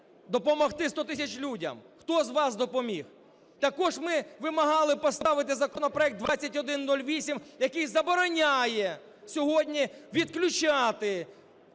допомогти 100 тисячам людей. Хто з вас допоміг? Також ми вимагали поставити законопроект 2108, який забороняє сьогодні відключати